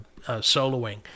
soloing